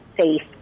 safe